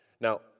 Now